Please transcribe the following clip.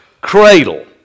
cradle